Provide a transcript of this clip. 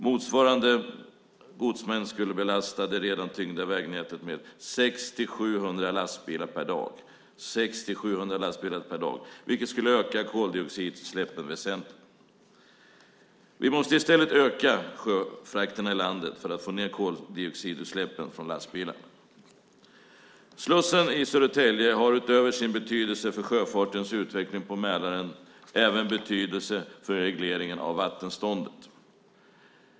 Motsvarande godsmängd skulle belasta det redan tyngda vägnätet med 600-700 lastbilar per dag, vilket skulle öka koldioxidutsläppen väsentligt. Vi måste i stället öka sjöfrakterna i landet för att få ned koldioxidutsläppen från lastbilarna. Slussen i Södertälje har utöver sin betydelse för sjöfartens utveckling på Mälaren även betydelse för regleringen av vattenståndet.